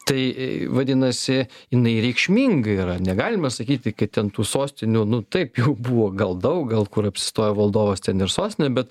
tai vadinasi jinai reikšminga yra negalima sakyti kad ten tų sostinių nu taip buvo gal daug gal kur apsistojo valdovas ten ir sostinė bet